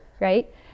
right